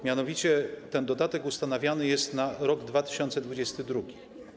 Mianowicie ten dodatek ustanawiany jest na rok 2022.